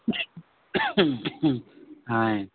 ఆయ్